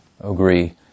agree